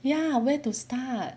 ya where to start